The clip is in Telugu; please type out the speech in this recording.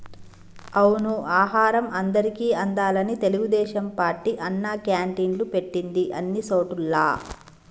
అవును ఆహారం అందరికి అందాలని తెలుగుదేశం పార్టీ అన్నా క్యాంటీన్లు పెట్టింది అన్ని సోటుల్లా